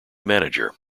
manager